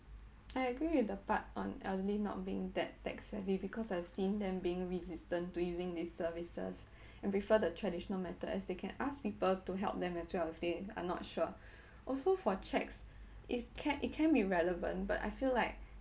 I agree with the part on elderly not being that tech savvy because I've seen them being resistant to using these services and prefer the traditional method as they can ask people to help them as well if they are not sure also for cheques is ca~ it can be relevant but I feel like